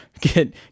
get